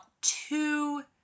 two